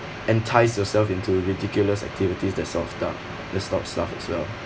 entice yourself into ridiculous activities that sort of stuff that sort of stuff as well